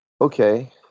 Okay